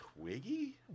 Twiggy